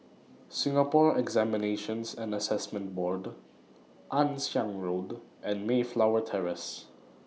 Singapore Examinations and Assessment Board Ann Siang Road and Mayflower Terrace